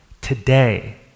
Today